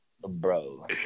bro